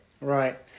Right